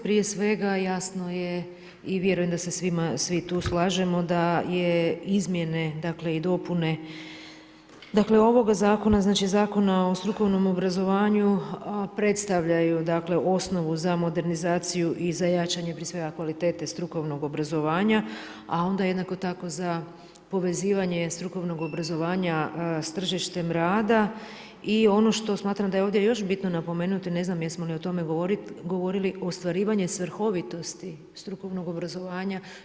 Prije svega jasno je i vjerujem da se svi tu slažemo da izmjene i dopune ovoga zakona, Zakona o strukovnom obrazovanju predstavljaju osnovu za modernizaciju i za jačanje prije svega kvalitete strukovnog obrazovanja a ona jednako tako za povezivanje strukovnog obrazovanja s tržištem rada i ono što smatram daje ovdje još bitno napomenuti, ne znam jesmo li o tome govorili, ostvarivanje svrhovitosti strukovnog obrazovanja.